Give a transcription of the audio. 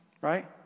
right